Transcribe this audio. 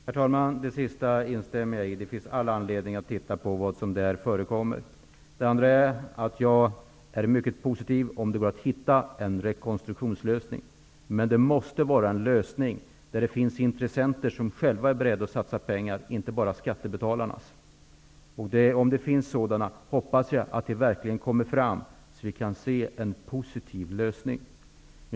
Herr talman! Det sista uttalandet instämmer jag i. Det finns all anledning att undersöka vad som förekommer där. Jag är även mycket positiv till en rekonstruktionslösning, om den går att finna. Det måste emellertid vara en lösning med intressenter som är beredda att satsa egna pengar, inte bara skattebetalarnas. Om det finns sådana intressenter hoppas jag att de verkligen träder fram, så att vi kan få en positiv lösning.